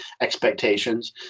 expectations